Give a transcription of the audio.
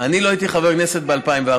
אני לא הייתי חבר כנסת ב-2014.